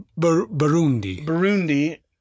Burundi